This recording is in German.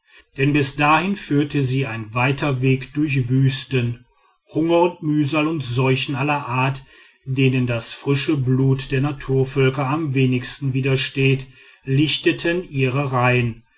denn bis dahin führte sie ein weiter weg durch wüsten hunger und mühsal und seuchen aller art denen das frische blut der naturvölker am wenigsten widersteht lichteten ihre reihen